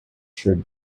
should